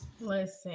listen